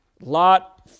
Lot